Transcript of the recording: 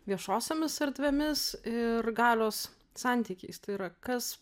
viešosiomis erdvėmis ir galios santykiais tai yra kas